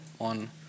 on